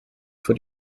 for